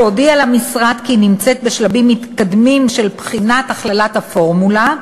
שהודיעה למשרד כי היא נמצאת בשלבים מתקדמים של בחינת הכללת הפורמולה.